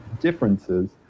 differences